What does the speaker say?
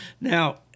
Now